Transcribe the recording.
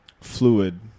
fluid